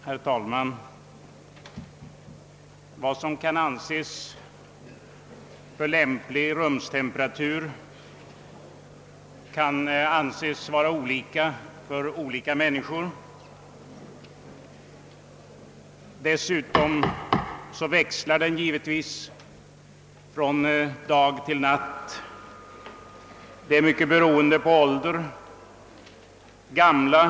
Herr talman! Uppfattningen om vilken rumstemperatur som kan anses vara lämplig är individuell och varierar alltså hos olika människor. Dessutom bör rumstemperaturen växla under dagen och under natten. Vidare beror det ofta på den boendes ålder vilken temperatur som krävs.